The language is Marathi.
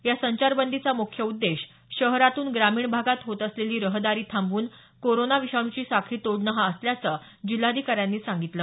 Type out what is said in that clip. या संचारबंदीचा मुख्य उद्देश शहरातून ग्रामीण भागात होत असलेली रहदारी थांबवून कोरोना विषाणूची साखळी तोडणं हा असल्याचं जिल्हाधिकाऱ्यांनी सांगितलं